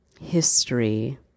history